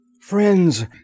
Friends